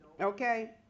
okay